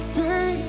day